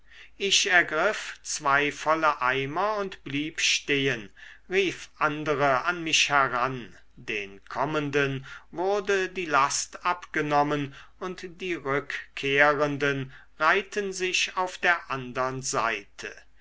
ich ergriff zwei volle eimer und blieb stehen rief andere an mich heran den kommenden wurde die last abgenommen und die rückkehrenden reihten sich auf der andern seite